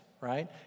right